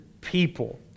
people